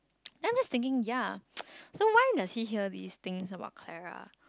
then I just thinking ya so why does he hear these things about Clara